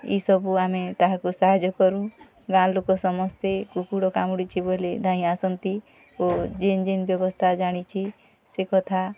ଏଇ ସବୁ ଆମେ ତାହାକୁ ସାହାଯ୍ୟ କରୁ ଗାଁ ଲୋକ ସମସ୍ତେ କୁକୁଡ଼ କାମୁଡ଼ିଛି ବୋଲି ଧାଇଁ ଆସନ୍ତି ଓ ଜିନ ଜିନ ବ୍ୟବସ୍ଥା ଜାଣିଛି ସେ କଥା